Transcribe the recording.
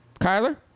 Kyler